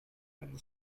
and